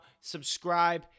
subscribe